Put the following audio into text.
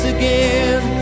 Again